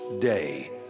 day